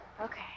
okay